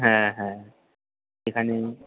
হ্যাঁ হ্যাঁ এখানেই